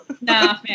nah